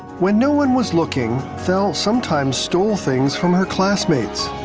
when no one was looking, val sometimes stole things from her classmates.